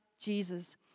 Jesus